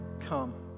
come